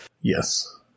Yes